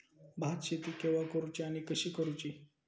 भात शेती केवा करूची आणि कशी करुची?